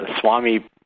Swami